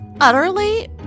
utterly